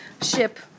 ship